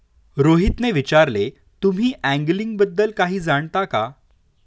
रोहितने विचारले, तुम्ही अँगलिंग बद्दल काही जाणता का?